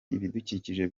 ibidukikije